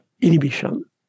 inhibition